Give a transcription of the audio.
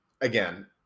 again